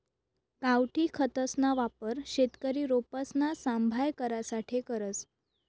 गावठी खतसना वापर शेतकरी रोपसना सांभाय करासाठे करस